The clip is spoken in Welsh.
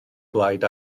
blaid